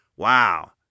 Wow